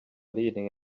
leaning